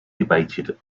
debated